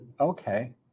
okay